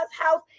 house